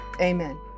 Amen